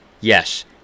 Yes